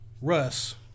Russ